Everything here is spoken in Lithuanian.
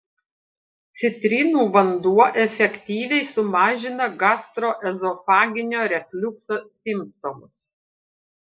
citrinų vanduo efektyviai sumažina gastroezofaginio refliukso simptomus